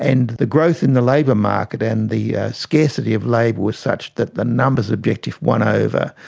and the growth in the labour market and the scarcity of labour was such that the numbers objective won over.